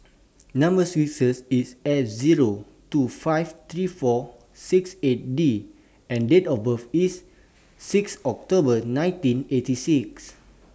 Number sequence IS S Zero two five three four six eight D and Date of birth IS six October nineteen eighty six